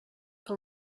que